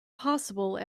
possible